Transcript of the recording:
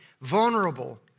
vulnerable